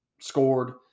scored